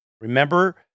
Remember